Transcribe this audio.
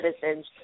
citizens